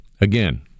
Again